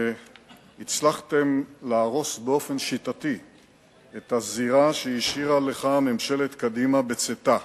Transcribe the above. הצלחתם להרוס באופן שיטתי את הזירה שהשאירה לך ממשלת קדימה בצאתה: